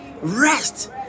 rest